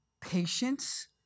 patience